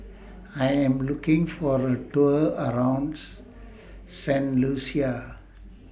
I Am looking For A Tour around Saint Lucia